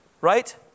right